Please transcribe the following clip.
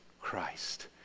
Christ